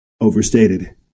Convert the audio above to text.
overstated